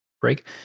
break